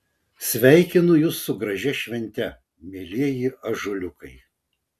sveikinu jus su gražia švente mielieji ąžuoliukai